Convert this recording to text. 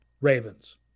Ravens